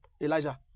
Elijah